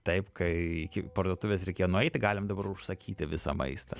taip kai iki parduotuvės reikėjo nueiti galim dabar užsakyti visą maistą